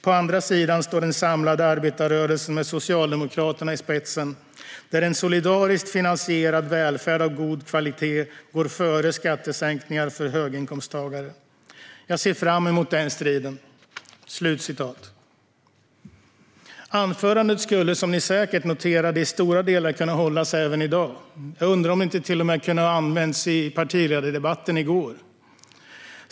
På andra sidan står den samlade arbetarrörelsen med Socialdemokraterna i spetsen, där en solidariskt finansierad välfärd av god kvalitet går före skattesänkningar för höginkomsttagare. Jag ser fram emot den striden." Anförandet skulle, som ni säkert noterade, i stora delar kunna hållas även i dag. Jag undrar om det inte till och med kunde ha använts i gårdagens partiledardebatt.